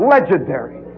Legendary